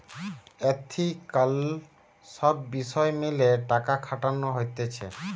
ethical সব বিষয় মেলে টাকা খাটানো হতিছে